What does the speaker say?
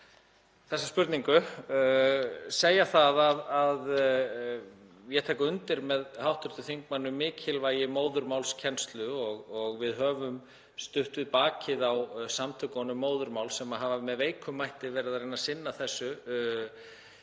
þessa spurningu. Ég tek undir með hv. þingmanni um mikilvægi móðurmálskennslu og við höfum stutt við bakið á samtökunum Móðurmál sem hafa með veikum mætti verið að reyna að sinna þessu